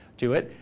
to it,